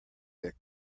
that